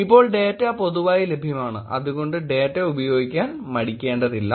ഇപ്പോൾ ഡേറ്റ പൊതുവായി ലഭ്യമാണ് അതുകൊണ്ട് ഡേറ്റ ഉപയോഗിക്കാൻ മടിക്കേണ്ടതില്ല